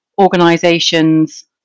organizations